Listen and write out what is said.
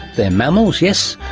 they're mammals, yes,